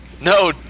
No